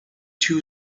two